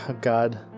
God